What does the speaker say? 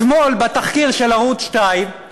אתמול בתחקיר של ערוץ 2 על